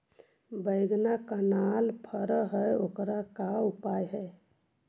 बैगन कनाइल फर है ओकर का उपाय है?